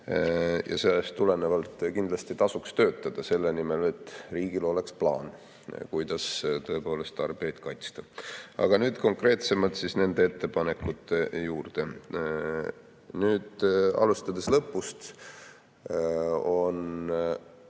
Ja sellest tulenevalt kindlasti tasuks töötada selle nimel, et riigil oleks plaan, kuidas tarbijaid kaitsta. Aga nüüd konkreetsemalt nende ettepanekute juurde. Alustan lõpust: on